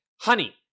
honey